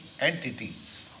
entities